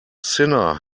sinner